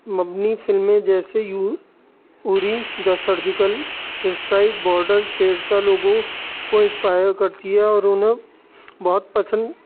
مبنی فلمیں جیسے Uri the surgical strike Border Shahenshah لوگوں کو انسپائر کرتی ہے اور ان میں بہت پسند